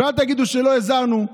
ואל תגידו שלא הזהרנו,